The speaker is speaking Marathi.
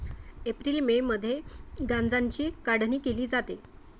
एप्रिल मे मध्ये गांजाची काढणी केली जाते